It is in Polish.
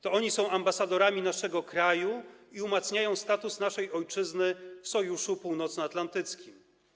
To oni są ambasadorami naszego kraju i umacniają status naszej ojczyzny w Sojuszu Północnoatlantyckim.